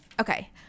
okay